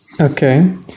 Okay